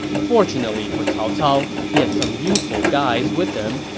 fortunately for cao cao, he had some useful guys with him.